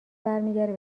برمیگرده